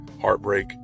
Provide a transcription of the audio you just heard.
heartbreak